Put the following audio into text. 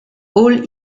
all